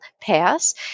pass